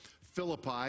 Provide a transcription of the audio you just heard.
Philippi